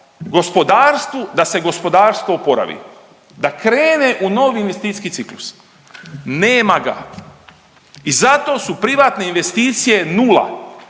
da se gospodarstvo oporavi, da krene u novi investicijski ciklus? Nema ga. I zato su privatne investicije nula,